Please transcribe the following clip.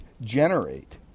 generate